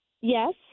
Yes